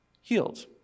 healed